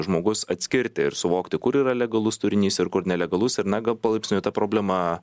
žmogus atskirti ir suvokti kur yra legalus turinys ir kur nelegalus ir na gal palaipsniui ta problema